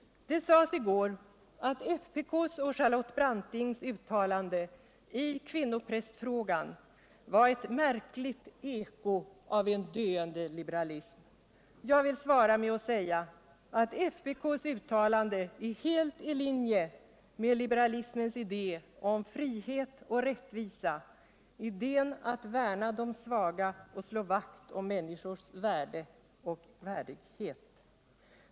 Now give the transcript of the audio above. Det sades i går att FPK:s och Charlotte Brantings uttalanden i kvinnoprästfrågan var ett märkligt cko av en döende liberalism. Jag vill svara med att säga, att FPK:s uttalande är helt i linje med liberalismens idé om frihet och rättvisa, idén att värna de svaga och slå vakt om människors värde och värdighet.